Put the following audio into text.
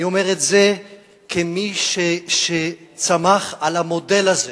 אני אומר את זה כמי שצמח על המודל הזה